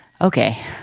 okay